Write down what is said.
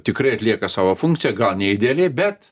tikrai atlieka savo funkciją gal ne idealiai bet